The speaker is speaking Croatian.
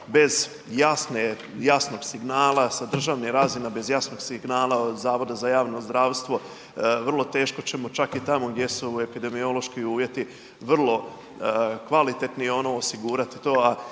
bez jasnog signala sa državne razine, bez jasnog signala od Zavoda za javno zdravstvo vrlo teško ćemo čak i tamo gdje su epidemiološki uvjeti vrlo kvalitetni osigurati to.